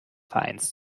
vereins